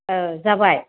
औ जाबाय